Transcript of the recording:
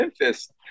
Memphis